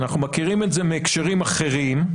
אנחנו מכירים את זה מהקשרים אחרים.